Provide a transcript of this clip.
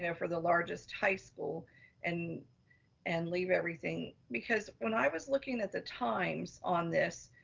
yeah for the largest high school and and leave everything. because when i was looking at the times on this,